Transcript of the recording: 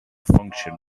function